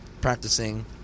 practicing